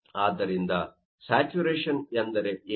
ಆದ್ದರಿಂದ ಸ್ಯಾಚುರೇಶನ್ ಎಂದರೇನು